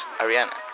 Ariana